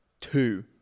two